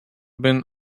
been